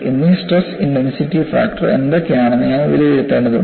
എന്നീ stress intensity factor എന്തൊക്കെയാണെന്ന് ഞാൻ വിലയിരുത്തേണ്ടതുണ്ട്